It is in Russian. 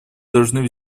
должны